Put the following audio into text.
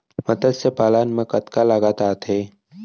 मतस्य पालन मा कतका लागत आथे?